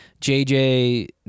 JJ